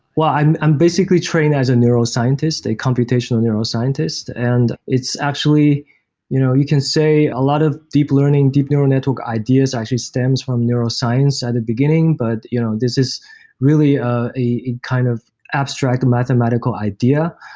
i'm i'm basically trained as a neuroscientist, a computational neuroscientist, and it's actually you know you can say a lot of deep learning deep neural network ideas actually stems from neuroscience at the beginning, but you know this is really a a kind of abstract mathematical idea,